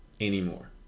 anymore